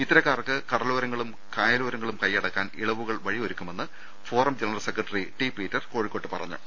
ഇത്തരക്കാർക്ക് കടലോരങ്ങളും കായലോരങ്ങളും കൈയ്യടക്കാൻ ഇളവുകൾ വഴിയൊരുക്കുമെന്ന് forum general secretary T Peter കോഴിക്കോട്ട് പറഞ്ഞു